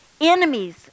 enemies